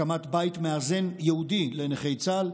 הקמת בית מאזן ייעודי לנכי צה"ל,